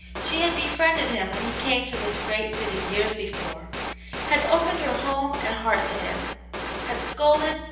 she had befriended him when he came to this great city years before had opened her home and heart to him had scolded,